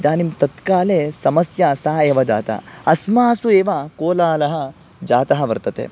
इदानीं तत्काले समस्या सा एव जाता अस्मासु एव कोलालः जातः वर्तते